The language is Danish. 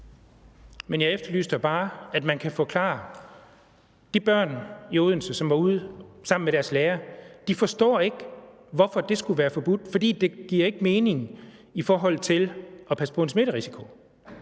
Men jeg efterlyser bare, at man kan forklare de børn i Odense, som var ude sammen med deres lærer, hvorfor det skulle være forbudt. Det forstår de ikke, for det giver ikke mening i forhold til at passe på en smitterisiko.